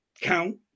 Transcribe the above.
count